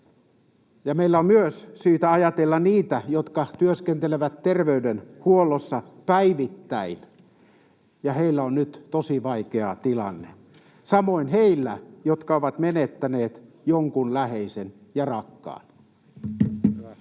Ja meillä on myös syytä ajatella niitä, jotka työskentelevät terveydenhuollossa päivittäin, ja heillä on nyt tosi vaikea tilanne — samoin heillä, jotka ovat menettäneet jonkun läheisen ja rakkaan. Näin.